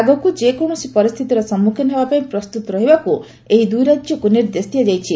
ଆଗକୁ ଯେକୌଣସି ପରିସ୍ଥିତିର ସମ୍ମୁଖୀନ ହେବାପାଇଁ ପ୍ରସ୍ତୁତ ରହିବାକୁ ଏହି ଦୁଇ ରାଜ୍ୟକୁ ନିର୍ଦ୍ଦେଶ ଦିଆଯାଇଛି